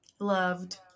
loved